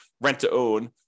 rent-to-own